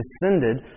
descended